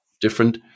different